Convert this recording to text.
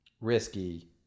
risky